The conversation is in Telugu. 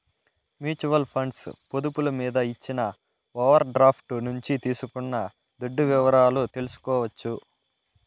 మ్యూచువల్ ఫండ్స్ పొదుపులు మీద ఇచ్చిన ఓవర్ డ్రాఫ్టు నుంచి తీసుకున్న దుడ్డు వివరాలు తెల్సుకోవచ్చు